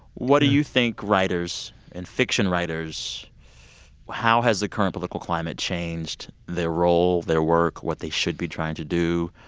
what do you think writers and fiction writers how has the current political climate changed their role, their work, what they should be trying to do,